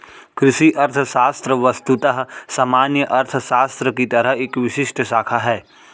कृषि अर्थशास्त्र वस्तुतः सामान्य अर्थशास्त्र की एक विशिष्ट शाखा है